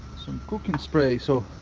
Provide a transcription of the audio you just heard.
some cooking spray so